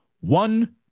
one